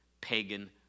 pagan